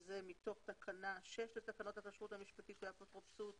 תקנה 6 לתקנות הכשרות המשפטית והאפוטרופסות